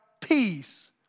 peace